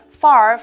far